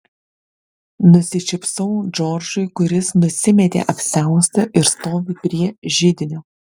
nusišypsau džordžui kuris nusimetė apsiaustą ir stovi prie židinio